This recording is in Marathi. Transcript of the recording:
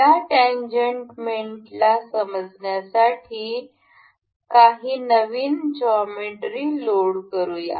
या टॅन्जंट मेटला समजण्यासाठी काही नवीन भूमिती लोड करूया